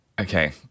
Okay